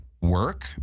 work